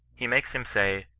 he makes him say,